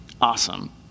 awesome